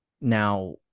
now